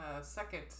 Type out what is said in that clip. second